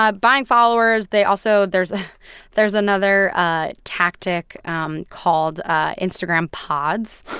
ah buying followers. they also there's there's another ah tactic um called ah instagram pods.